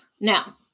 Now